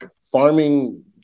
farming